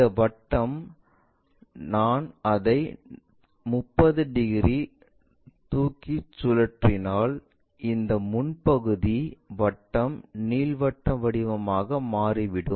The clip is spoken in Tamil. இந்த வட்டம் நான் அதை 30 டிகிரி தூக்கி சுழற்றினால் இந்த முன் பகுதி வட்டம் நீள்வட்ட வடிவ வடிவமாக மாறிவிடும்